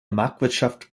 marktwirtschaft